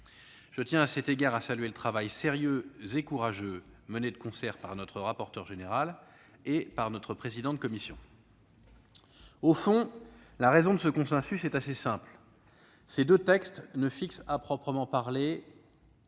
Je tiens à cet égard à saluer le travail sérieux et courageux mené de concert par le rapporteur général et le président de la commission des finances. Au fond, la raison de ce consensus est assez simple : ces deux textes ne fixent pas, à proprement parler,